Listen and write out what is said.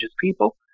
people